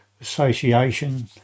association